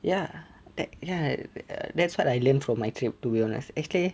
ya that ya err that's what I learned from my trip to be honest actually